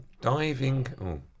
Diving